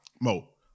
Mo